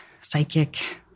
psychic